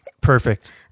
Perfect